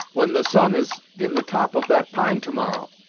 when the sun is in the top of that pine to-morrow,